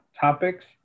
topics